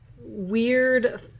weird